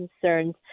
concerns